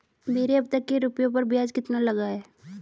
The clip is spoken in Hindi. मेरे अब तक के रुपयों पर ब्याज कितना लगा है?